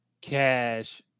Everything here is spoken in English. Cash